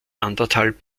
anderthalb